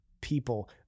people